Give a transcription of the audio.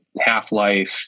half-life